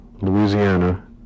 Louisiana